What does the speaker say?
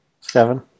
Seven